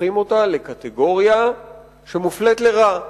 הופכים אותה לקטגוריה שמופלית לרעה